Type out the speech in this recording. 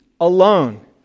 alone